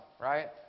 right